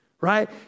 right